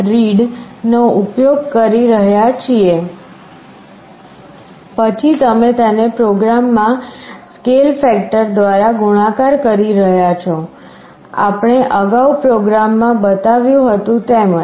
read નો ઉપયોગ કરી રહ્યા છીએ પછી તમે તેને પ્રોગ્રામમાં સ્કેલ ફેક્ટર દ્વારા ગુણાકાર કરી રહ્યાં છો આપણે અગાઉ પ્રોગ્રામમા બતાવ્યું હતું તેમ જ